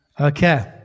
Okay